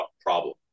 problem